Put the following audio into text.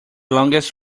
longest